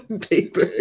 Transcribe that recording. paper